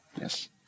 Yes